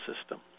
system